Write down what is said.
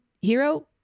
hero